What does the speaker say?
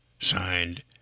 Signed